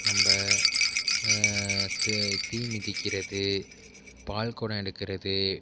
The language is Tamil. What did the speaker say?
நம்ம து தீ மிதிக்கிறது பால் குடம் எடுக்கிறது